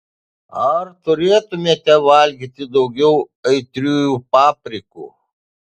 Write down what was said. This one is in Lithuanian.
ar turėtumėte valgyti daugiau aitriųjų paprikų